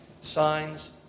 signs